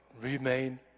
remain